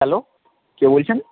hello কে বলছেন